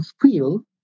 feel